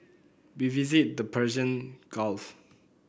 we visited the Persian Gulf